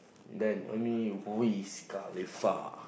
then only Wiz-Khalifa